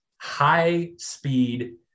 High-speed